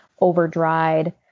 over-dried